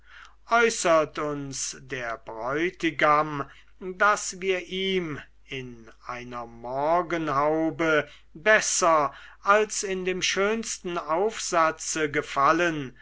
äußert uns der bräutigam daß wir ihm in einer morgenhaube besser als in dem schönsten aufsatze gefallen